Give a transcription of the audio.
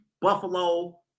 Buffalo